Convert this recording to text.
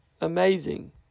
amazing